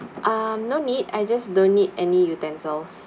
ah no need I just don't need any utensils